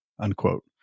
Unquote